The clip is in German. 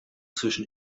zwischen